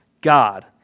God